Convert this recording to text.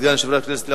סגן יושב-ראש הכנסת,